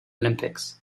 olympics